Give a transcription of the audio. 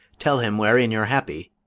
tell him wherein you're happy